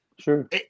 sure